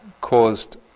caused